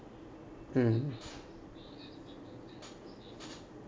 mmhmm